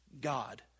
god